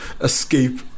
escape